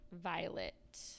Violet